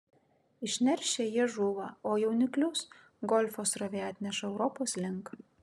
išneršę jie žūva o jauniklius golfo srovė atneša europos link